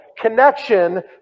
connection